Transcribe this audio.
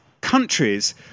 countries